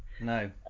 No